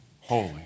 holy